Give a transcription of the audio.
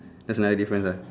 that's another difference uh